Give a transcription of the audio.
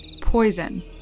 Poison